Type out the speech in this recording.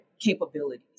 capabilities